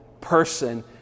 person